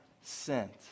sent